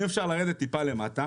אם אפשר לרדת טיפה למטה,